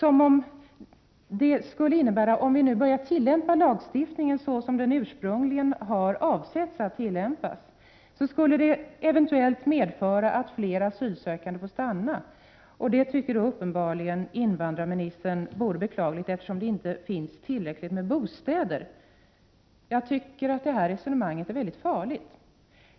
Om vi börjar tillämpa lagstiftningen så som den ursprungligen har avsetts att tillämpas, skulle det eventuellt medföra att fler asylsökande får stanna. Det tycker då uppenbarligen invandrarministern vore beklagligt, eftersom det inte finns tillräckligt med bostäder. Jag tycker att detta resonemang är farligt.